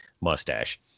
mustache